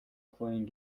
playing